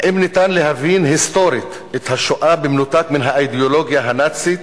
האם ניתן להבין היסטורית את השואה במנותק מהאידיאולוגיה הנאצית